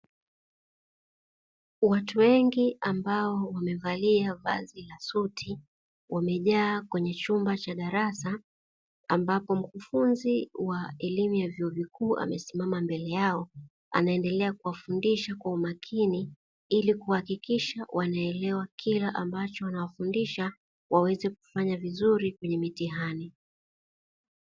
Watu wengi ambao wamevalia vazi la suti wamejaa kwenye chumba cha darasa ambalo mkufunzi wa elimu ya vyuo vikuu amesimama mbele yao anaendelea kuwafundisha kwa umakini, ili kuhakikisha wanaelewa kile ambacho anawafundisha waweze kufanya vizuri kwenye mitihani.